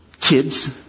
kids